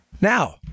Now